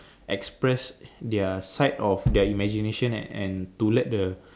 express their side of their imagination and and to let the